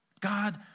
God